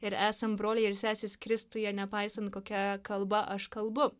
ir esam broliai ir sesės kristuje nepaisant kokia kalba aš kalbu